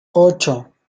ocho